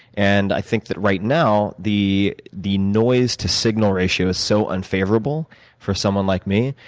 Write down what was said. and i think that right now, the the noise to signal ratio is so unfavorable for someone like me.